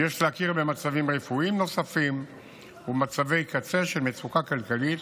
כי יש להכיר במצבים רפואיים נוספים ומצבי קצה של מצוקה כלכלית